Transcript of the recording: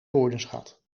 woordenschat